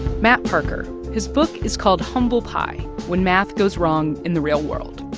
matt parker his book is called humble pi when math goes wrong in the real world.